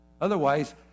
Otherwise